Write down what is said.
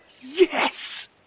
Yes